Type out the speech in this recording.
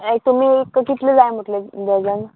आं तुमी एक कितले जाय म्हटले डजन